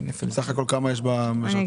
סך הכול כמה משרתים יש?